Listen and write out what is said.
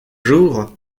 jour